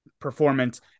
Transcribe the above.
performance